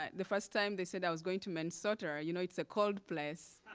ah the first time, they said i was going to minnesota, you know it's a cold place!